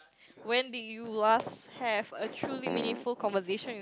when did you last have a truly meaningful conversation with